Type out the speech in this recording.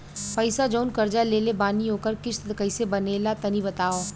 पैसा जऊन कर्जा लेले बानी ओकर किश्त कइसे बनेला तनी बताव?